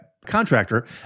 contractor